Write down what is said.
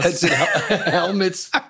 Helmets